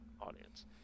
audience